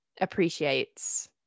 appreciates